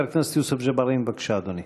חבר הכנסת יוסף ג'בארין, בבקשה, אדוני.